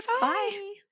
Bye